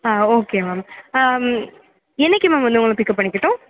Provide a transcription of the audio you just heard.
ஆ okay ma'am ஆ என்றைக்கி ma'am வந்து உங்களைப் பிக்கப் பண்ணிக்கட்டும்